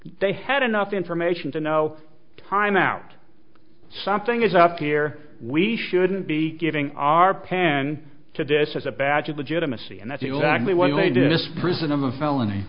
had enough information to know time out something is up here we shouldn't be giving our pen to this is a badge of legitimacy and that's exactly what they did in this prison i'm a felony